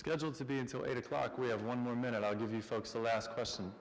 schedule to be until eight o'clock we have one more minute i'll give you folks the last question